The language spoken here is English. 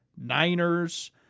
Niners